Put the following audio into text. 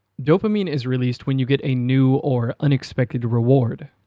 dopamine is released when you get a new or unexpected reward,